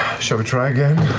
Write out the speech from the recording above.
shall we try again?